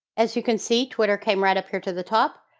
as you can see, twitter came right up here to the top,